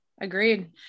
Agreed